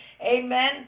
Amen